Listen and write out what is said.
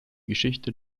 geschichte